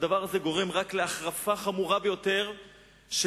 הדבר הזה גורם רק להחרפה חמורה ביותר של